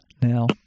now